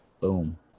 Boom